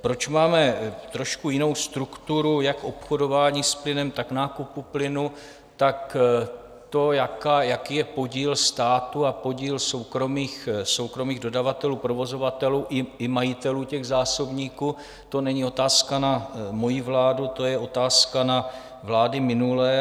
Proč máme trošku jinou strukturu jak obchodování s plynem, tak nákupu plynu, tak to, jaký je podíl státu a podíl soukromých dodavatelů, provozovatelů i majitelů těch zásobníků, to není otázka na moji vládu, to je otázka na vlády minulé.